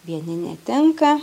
vieni netinka